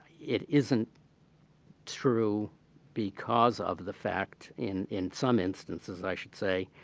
it isn't true because of the fact in in some instances, i should say,